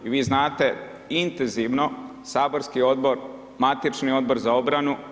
I vi znate intenzivno saborski odbor, matični Odbor za obranu.